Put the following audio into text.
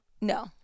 no